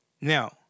Now